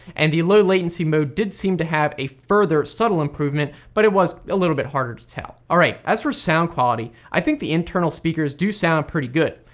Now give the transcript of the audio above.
and the low latency mode did seem to have a further subtle improvement, but it was a little bit harder to tell. alright as for the sound quality, i think the internal speakers do sound pretty good.